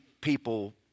people